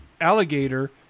alligator